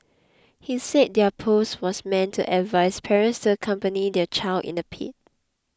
he said their post was meant to advise parents to accompany their child in the pit